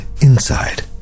inside